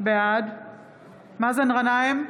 בעד מאזן גנאים,